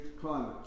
climate